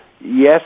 yes